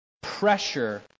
pressure